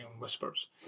Whispers